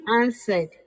answered